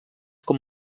com